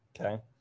okay